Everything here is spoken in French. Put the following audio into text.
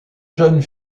jeunes